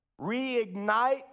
reignite